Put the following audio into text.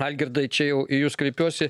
algirdai čia jau į jus kreipiuosi